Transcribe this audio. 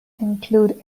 include